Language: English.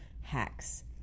hacks